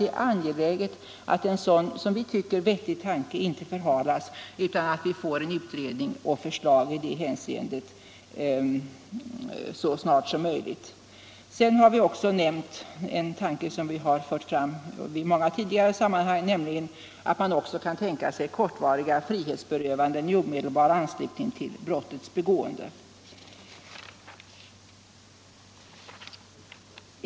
Det är angeläget att en som vi tycker så vettig åtgärd inte förhalas utan att vi så snart som möjligt får en utredning och förslag i det hänseendet. Vidare har vi fört fram en tanke som vi nämnt i många tidigare sammanhang, nämligen tanken på kortfristiga frihetsberövanden i anslutning till brotts begående.